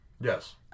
Yes